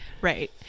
Right